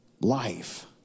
life